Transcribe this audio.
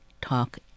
talk